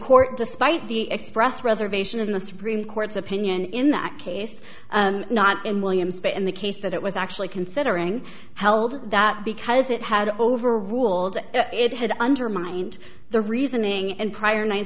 court despite the express reservation in the supreme court's opinion in that case not in williamsport in the case that it was actually considering held that because it had over ruled it had undermined the reasoning and prior ninth